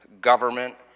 government